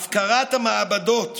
הפקרת המעבדות,